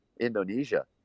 indonesia